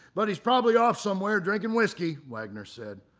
but he's probably off somewhere drinking whiskey, wagoner said.